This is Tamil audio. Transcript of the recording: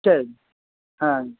சரிங்க ஆ